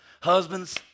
husbands